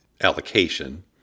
allocation